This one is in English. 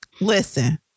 Listen